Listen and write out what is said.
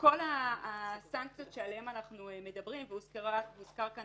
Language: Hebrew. כל הסנקציות שעליהן אנחנו מדברים, והוזכר כאן